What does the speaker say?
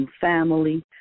family